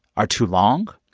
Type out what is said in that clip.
are too long.